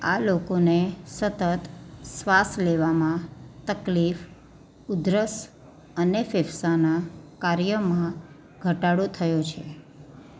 આ લોકોને સતત શ્વાસ લેવામાં તકલીફ ઉધરસ અને ફેફસાનાં કાર્યમાં ઘટાડો થયો છે